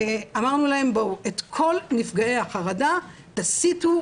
אמרנו להם 'את כל נפגעי החרדה תסיטו